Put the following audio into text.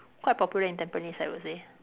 quite popular in Tampines I would say